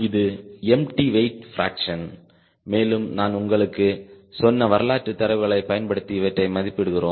இது empty weight fraction மேலும் நான் உங்களுக்குச் சொன்ன வரலாற்று தரவுகளை பயன்படுத்தி இவற்றை மதிப்பிடுகிறோம்